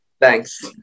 Thanks